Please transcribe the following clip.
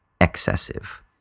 excessive